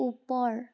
ওপৰ